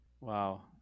Wow